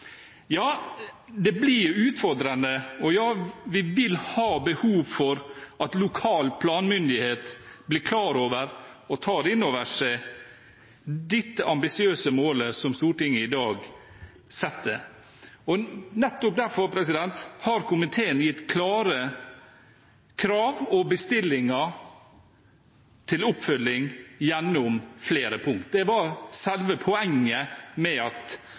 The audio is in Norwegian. Ja, det blir utfordrende, og vi vil ha behov for at lokal planmyndighet blir klar over det og tar inn over seg dette ambisiøse målet som Stortinget i dag setter. Nettopp derfor har komiteen satt klare krav og gitt bestillinger til oppfølging på flere punkter. Det var selve poenget med